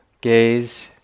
gaze